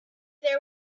there